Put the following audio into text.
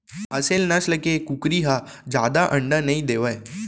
असेल नसल के कुकरी ह जादा अंडा नइ देवय